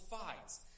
fights